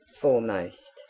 foremost